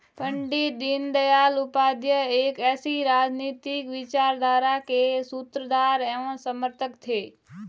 पण्डित दीनदयाल उपाध्याय एक ऐसी राजनीतिक विचारधारा के सूत्रधार एवं समर्थक थे